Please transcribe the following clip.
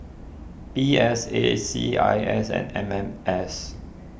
P S A C I S and M M S